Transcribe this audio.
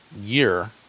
year